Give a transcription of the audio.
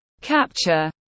Capture